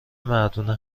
مردونه